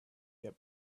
their